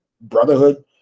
brotherhood